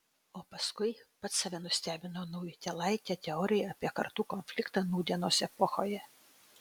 o paskui pats save nustebino naujutėlaite teorija apie kartų konfliktą nūdienos epochoje